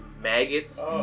maggots